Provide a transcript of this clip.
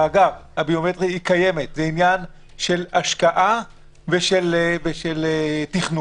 זה עניין של השקעה ושל תכנון.